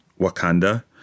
Wakanda